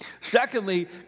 Secondly